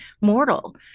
mortal